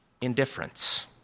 indifference